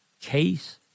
Case